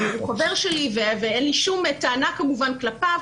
הוא חבר לי ואין לי כל טענה כלפיו,